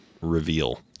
reveal